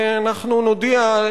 ואנחנו נודיע,